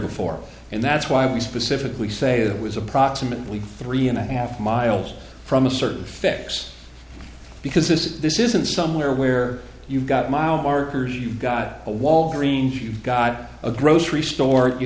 before and that's why we specifically say it was approximately three and a half miles from a certain effects because this is this isn't somewhere where you've got mile markers you've got a walgreen's you've got a grocery store you